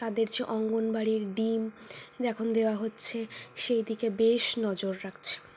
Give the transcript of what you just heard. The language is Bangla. তাদের যে অঙ্গনবাড়ির ডিম এখন দেওয়া হচ্ছে সেইদিকে বেশ নজর রাখছে